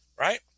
right